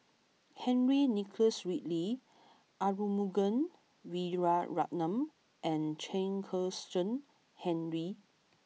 Henry Nicholas Ridley Arumugam Vijiaratnam and Chen Kezhan Henri